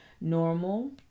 normal